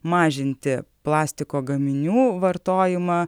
mažinti plastiko gaminių vartojimą